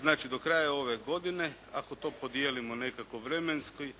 Znači do kraja ove godine ako to podijelimo nekako vremenski,